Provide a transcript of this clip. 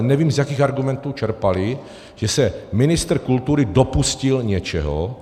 Nevím, z jakých argumentů čerpali, že se ministr kultury dopustil něčeho.